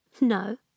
No